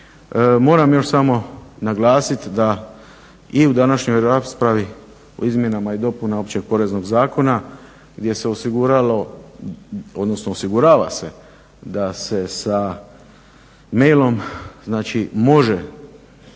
Moram još samo naglasit da i u današnjoj raspravi u izmjenama i dopunama Općeg poreznog zakona gdje se osiguralo, odnosno osigurava